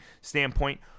standpoint